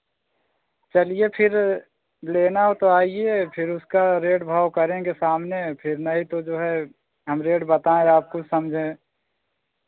चलिए फिर लेना हो तो आइए फिर उसका रेट भाव करेंगे सामने फिर नहीं तो जो है हम रेट बताएं आप कुछ समझे